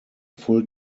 full